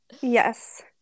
Yes